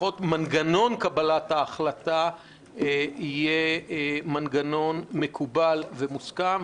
לפחות מנגנון קבלת ההחלטה יהיה מנגנון מקובל ומוסכם.